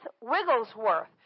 Wigglesworth